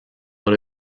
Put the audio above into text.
dans